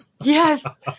Yes